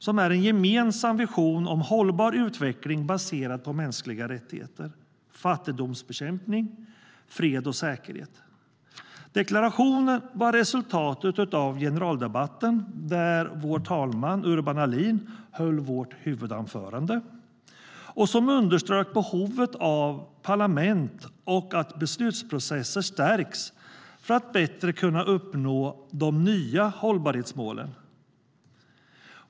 De är en gemensam vision om en hållbar utveckling baserad på mänskliga rättigheter, fattigdomsbekämpning, fred och säkerhet. Deklarationen var resultatet av generaldebatten, där vår talman, Urban Ahlin, höll vårt huvudanförande. Han underströk behovet av att parlament och beslutsprocesser stärks för att bättre kunna uppnå de nya hållbarhetsmålen.